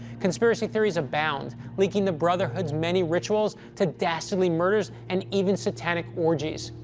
conspiracy theories abound, leaking the brotherhood's many rituals to dastardly murders and even satanic orgies.